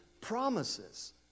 promises